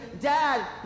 Dad